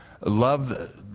love